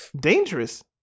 Dangerous